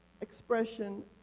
expression